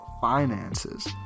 finances